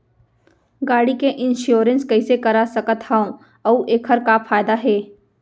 गाड़ी के इन्श्योरेन्स कइसे करा सकत हवं अऊ एखर का फायदा हे?